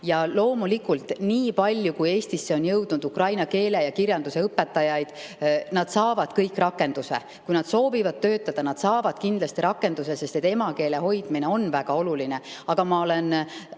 Ja loomulikult, niipalju kui Eestisse on jõudnud ukraina keele ja kirjanduse õpetajaid, saavad nad kõik rakendust. Kui nad soovivad töötada, saavad nad kindlasti rakendust, sest emakeele hoidmine on väga oluline. Aga ma olen